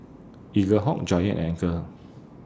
Eaglehawk Giant and Anchor